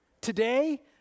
today